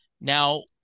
now